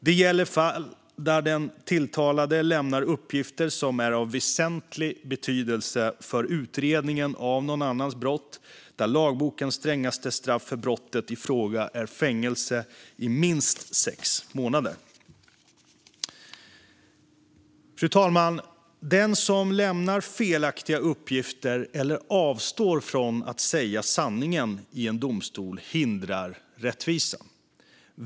Det gäller fall där den tilltalade lämnar uppgifter som är av väsentlig betydelse för utredningen av någon annans brott där lagbokens strängaste straff för brottet i fråga är fängelse i minst sex månader. Fru talman! Den som lämnar felaktiga uppgifter eller avstår från att säga sanningen i en domstol hindrar rättvisan.